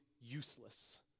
useless